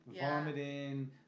Vomiting